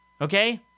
Okay